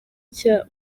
cya